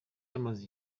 yamaze